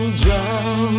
drown